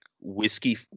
whiskey